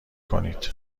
کنید